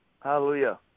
Hallelujah